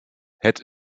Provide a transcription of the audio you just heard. het